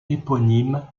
éponyme